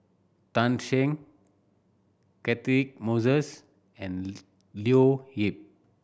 Tan Shen Catchick Moses and Leo Yip